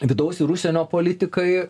vidaus ir užsienio politikai